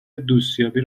دوستیابی